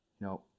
No